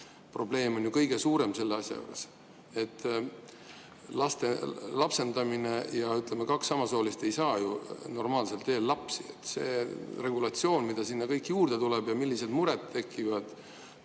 probleem on ju kõige suurem selle asja juures, lapsendamine. Ütleme, kaks samasoolist ei saa ju normaalsel teel lapsi. See regulatsioon, mida sinna kõik juurde tuleb ja millised mured tekivad,